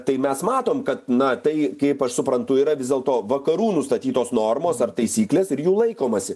tai mes matom kad na tai kaip aš suprantu yra vis dėlto vakarų nustatytos normos ar taisyklės ir jų laikomasi